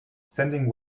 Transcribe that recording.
sending